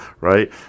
right